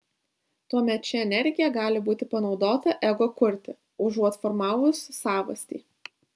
tuomet ši energija gali būti panaudota ego kurti užuot formavus savastį